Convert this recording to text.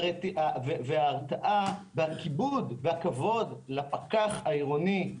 וההתרעה והכבוד לפקח העירוני,